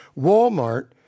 Walmart